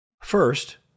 First